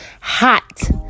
hot